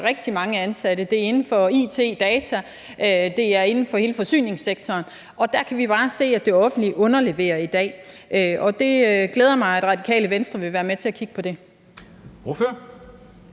rigtig mange ansatte; det er inden for it og data; det er inden for hele forsyningssektoren. Og der kan vi bare se, at det offentlige underleverer i dag, og det glæder mig, at Radikale Venstre vil være med til at kigge på det.